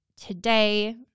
Today